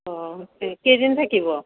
অ' কে কেইদিন থাকিব